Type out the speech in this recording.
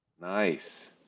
Nice